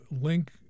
link